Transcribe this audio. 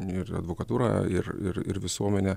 ir advokatūra ir ir ir visuomenė